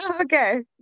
Okay